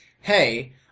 hey